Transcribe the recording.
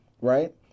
right